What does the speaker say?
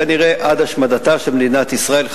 כנראה עד השמדתה של מדינת ישראל בעיניו,